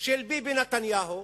של ביבי נתניהו הוא